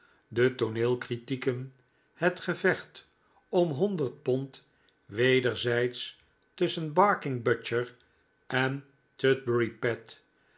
de tooneelcritieken het gevecht om honderd pond wederzijds tusschen barking butcher en tutbury pet